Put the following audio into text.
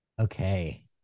Okay